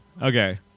Okay